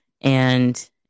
and-